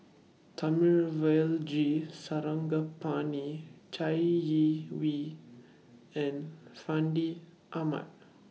G Sarangapani Chai Yee Wei and Fandi Ahmad